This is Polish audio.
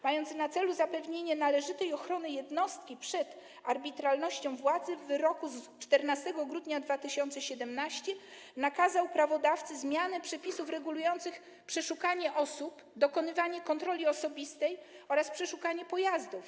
Mając na celu zapewnienie należytej ochrony jednostki przed arbitralnością władzy, w wyroku z 14 grudnia 2017 r. nakazał prawodawcy zmianę przepisów regulujących przeszukanie osób, dokonywanie kontroli osobistej oraz przeszukanie pojazdów.